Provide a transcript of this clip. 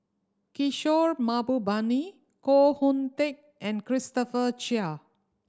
Kishore Mahbubani Koh Hoon Teck and Christopher Chia